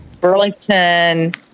Burlington